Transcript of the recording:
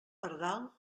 pardal